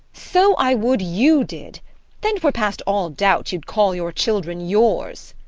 so i would you did then twere past all doubt you'd call your children yours.